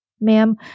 ma'am